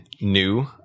new